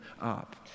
up